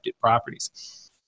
properties